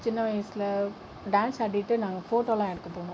சின்ன வயதில் டான்ஸ் ஆடிகிட்டு நாங்கள் போட்டோலம் எடுக்க போனோம்